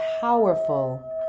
powerful